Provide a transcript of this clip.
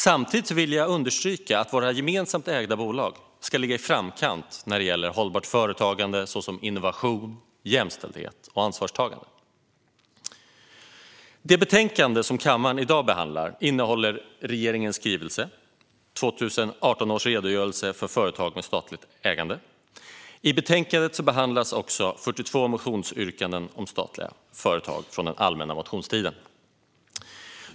Samtidigt vill jag understryka att våra gemensamt ägda bolag ska ligga i framkant när det gäller hållbart företagande, såsom innovation, jämställdhet och ansvarstagande. Det betänkande som kammaren i dag behandlar innehåller regeringens skrivelse 2018 års redogörelse för företag med statligt ägande . I betänkandet behandlas också 42 motionsyrkanden om statliga företag från den allmänna motionstiden.